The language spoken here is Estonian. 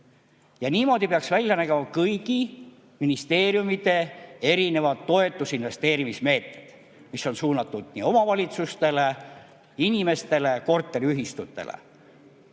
Ja niimoodi peaks välja nägema kõigi ministeeriumide toetus- ja investeerimismeetmed, mis on suunatud nii omavalitsustele, inimestele kui ka korteriühistutele.